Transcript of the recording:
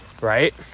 right